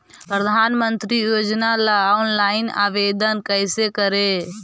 प्रधानमंत्री योजना ला ऑनलाइन आवेदन कैसे करे?